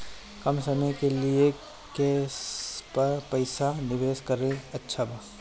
कम समय के लिए केस पर पईसा निवेश करल अच्छा बा?